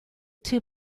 two